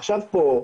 עכשיו פה,